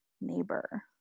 neighbor